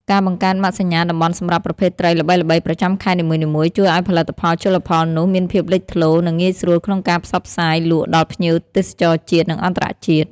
ការបង្កើតម៉ាកសញ្ញាតំបន់សម្រាប់ប្រភេទត្រីល្បីៗប្រចាំខេត្តនីមួយៗ ជួយឱ្យផលិតផលជលផលនោះមានភាពលេចធ្លោ និងងាយស្រួលក្នុងការផ្សព្វផ្សាយលក់ដល់ភ្ញៀវទេសចរជាតិ និងអន្តរជាតិ។